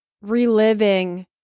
reliving